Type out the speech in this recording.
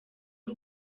w’u